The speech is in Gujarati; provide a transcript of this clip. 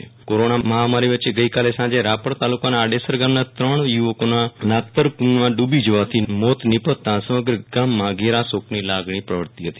વિરલ રાણા અકસ્માત કોરોના મહામારી વચ્ચે ગઈકાલે સાંજે રાપર તાલુકાના આડેસર ગામના ત્રણ યુ વકોના નાગતર કુંડમાં ડુબી જવાથી મોત નીપજતા સમગ્ર ગામમાં ઘેર શોકની લાગણી પ્રસરી હતી